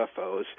UFOs